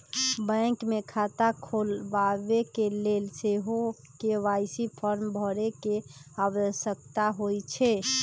bank मे खता खोलबाबेके लेल सेहो के.वाई.सी फॉर्म भरे के आवश्यकता होइ छै